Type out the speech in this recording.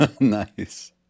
nice